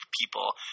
people